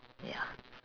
ya